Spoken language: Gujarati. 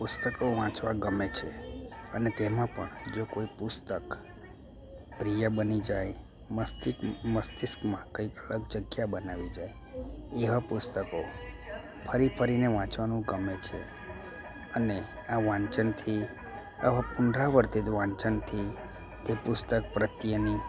પુસ્તકો વાંચવા ગમે છે અને તેમાં પણ જો કોઈ પુસ્તક પ્રિય બની જાય મસ્તિષ્કમાં કંઈ અલગ જગ્યા બનાવી જાય એવા પુસ્તકો ફરી ફરીને વાંચવાનું ગમે છે અને આ વાંચનથી આવા પુનરાવર્તિત વાંચનથી તે પુસ્તક પ્રત્યેની